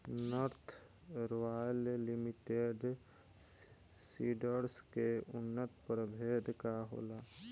North royal limited seeds के उन्नत प्रभेद का होला?